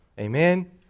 Amen